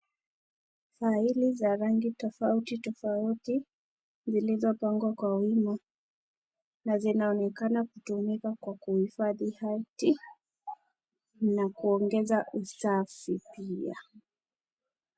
Faili za rangi tofauti tofauti zilizopangwa kwa wima na zinaonekana kutumika kuhifadhi hati na kuongeza usafi pia.